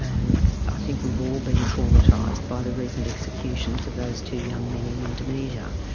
and i think we've all been traumatised by the recent executions of those two young men in indonesia.